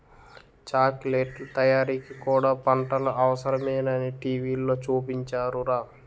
చాకిలెట్లు తయారీకి కూడా పంటలు అవసరమేనని టీ.వి లో చూపించారురా